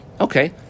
Okay